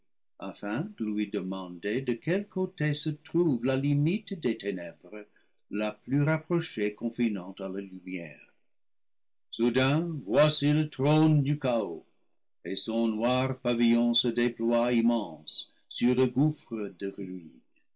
de lui demander de quel côté se trouve la limite des ténèbres la plus rapprochée confinant à la lumière soudain voici le trône du chaos et son noir pavillon se déploie immense sur le gouffre de